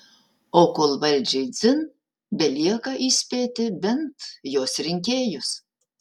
o kol valdžiai dzin belieka įspėti bent jos rinkėjus